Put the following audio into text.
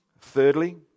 Thirdly